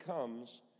comes